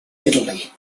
italy